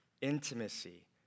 intimacy